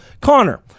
Connor